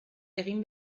egin